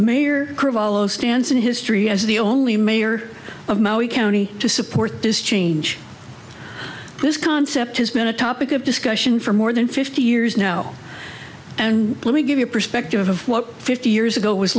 in history as the only mayor of maui county to support this change this concept has been a topic of discussion for more than fifty years now and let me give you a perspective of what fifty years ago